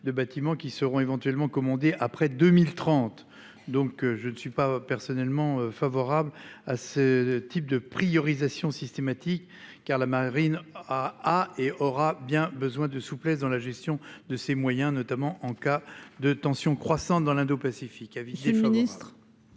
de bâtiments qui seront éventuellement comme après 2030. Donc je ne suis pas personnellement favorable à ce type de priorisation systématique car la marine. A et aura bien besoin de souplesse dans la gestion de ses moyens, notamment en cas de tension croissante dans l'indopacifique